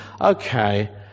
okay